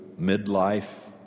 midlife